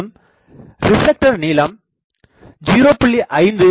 மேலும் ரிப்ளெக்டர் நீளம் 0